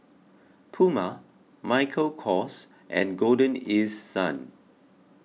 Puma Michael Kors and Golden East Sun